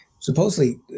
supposedly